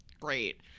great